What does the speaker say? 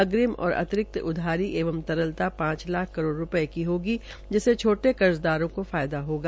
अग्नि और अतिरिक्त उधारी एवं तरलता पांच लाख करोड़ रूपये की होगी जिससे छोटे कर्जदारों को फायदा होगा